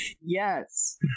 yes